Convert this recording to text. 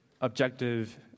objective